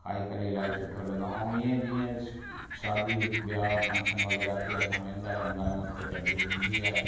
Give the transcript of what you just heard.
खाई करे इलाही सुठो लॻो ऐं ईअं जीअं शादी ब्याह फंक्शन वग़ैरह ते असां वेंदा रहंदा आहियूं उते त भीड़ हूंदी आहे